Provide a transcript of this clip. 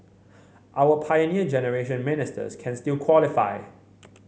our Pioneer Generation Ministers can still qualify